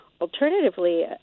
Alternatively